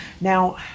Now